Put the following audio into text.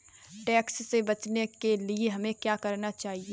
Tax से बचने के लिए हमें क्या करना चाहिए?